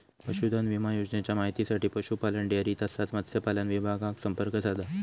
पशुधन विमा योजनेच्या माहितीसाठी पशुपालन, डेअरी तसाच मत्स्यपालन विभागाक संपर्क साधा